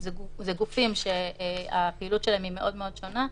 גופים שהפעילות שלהם מאוד מאוד שונה,